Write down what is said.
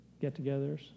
get-togethers